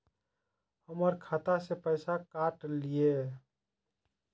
हमर खाता से पैसा काट लिए?